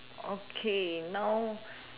okay now